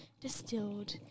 distilled